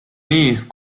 nii